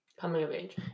Coming-of-age